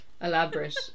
elaborate